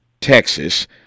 Texas